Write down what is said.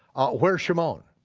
where's shimon,